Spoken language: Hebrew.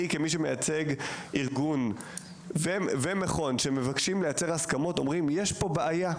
אני כמי שמייצג ארגון ומכון שמבקשים לייצר הסכמות אומרים שיש פה בעיה.